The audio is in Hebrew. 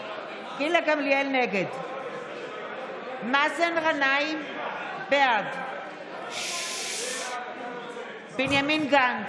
גמליאל, נגד מאזן גנאים, בעד בנימין גנץ,